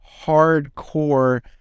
hardcore